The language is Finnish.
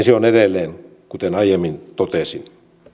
se on edelleen kuten aiemmin totesin